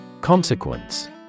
Consequence